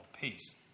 peace